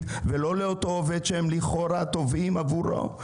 ולא לאותו עובד שהם לכאורה תובעים עבורו?